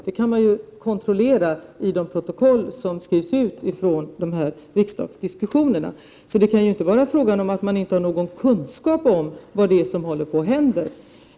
Det kan man kontrollera i de protokoll som skrivs ut från riksdagsdebatterna. Det kan alltså inte vara så att man inte har någon kunskap om vad som håller på att hända.